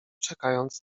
czekając